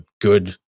good